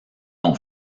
ont